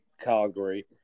Calgary